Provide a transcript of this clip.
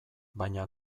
baina